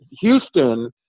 Houston